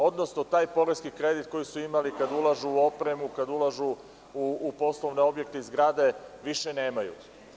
Odnosno, taj poreski kredit koji su imali kada ulažu u opremu, kada ulažu u poslovne objekte i zgrade više nemaju.